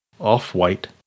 off-white